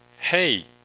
hey